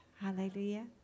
Hallelujah